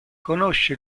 conosce